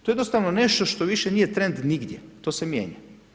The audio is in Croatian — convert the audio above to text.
To je jednostavno nešto što više nije trend nigdje, to se mijenja.